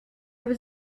was